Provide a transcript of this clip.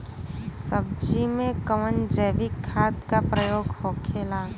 सब्जी में कवन जैविक खाद का प्रयोग होखेला?